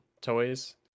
toys